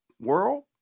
world